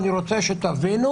אני רוצה שתבינו,